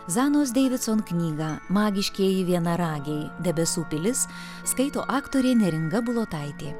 zanos deividson knyga magiškieji vienaragiai debesų pilis skaito aktorė neringa bulotaitė